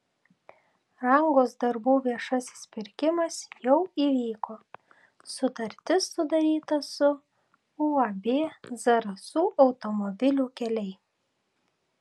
rangos darbų viešasis pirkimas jau įvyko sutartis sudaryta su uab zarasų automobilių keliai